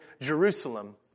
Jerusalem